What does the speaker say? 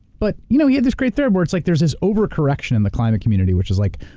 but, you know he had this great theory where it's like there's this over-correction in the climate community, which is like,